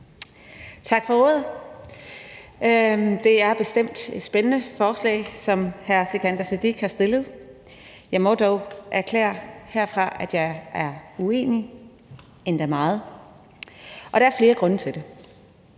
Tak for ordet. Det er bestemt et spændende forslag, som hr. Sikandar Siddique har fremsat. Jeg må dog erklære herfra, at jeg er uenig, endda meget, og der er flere grunde til det.